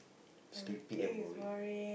sleepy and boring